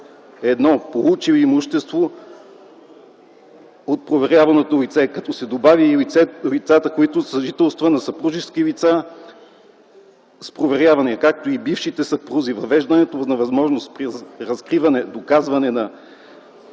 1, получили имущество от проверяваното лице, като се добави и лицето, което съжителства на съпружески начала, с проверявания, както и бившите съпрузи; въвеждане на възможност при разкриване и доказване на